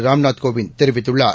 ராம்நாத் கோவிந்த் தெரிவித்துள்ளார்